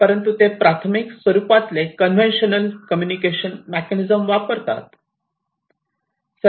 परंतु ते प्राथमिक स्वरूपातले कवेंशनल कम्युनिकेशन मेकॅनिझम वापरतात